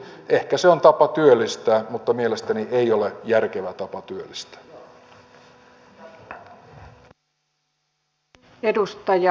ehkä se on tapa työllistää mutta mielestäni ei ole järkevä tapa työllistää